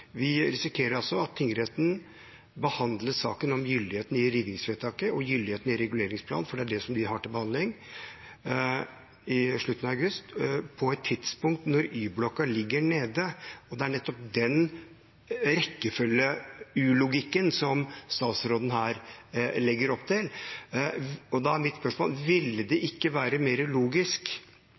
Vi risikerer at tingretten behandler saken om gyldigheten i rivingsvedtaket og gyldigheten i reguleringsplanen, for det er det de har til behandling i slutten av august, på et tidspunkt når Y-blokka ligger nede. Det er nettopp den rekkefølge-ulogikken som statsråden her legger opp til. Da er mitt spørsmål: Ville det ikke være mer logisk